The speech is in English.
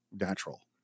natural